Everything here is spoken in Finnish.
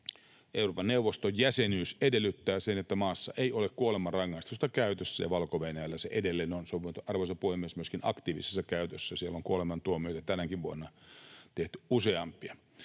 Euroopan neuvoston jäsenyys edellyttää sitä, että maassa ei ole kuolemanrangaistusta käytössä, ja Valko-Venäjällä se edelleen on. Se on, arvoisa puhemies, myöskin aktiivisessa käytössä. Siellä on kuolemantuomioita tänäkin vuonna tehty useampia.